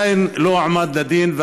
הוא עדיין לא הועמד לדין,